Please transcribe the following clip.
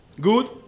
good